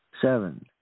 Seven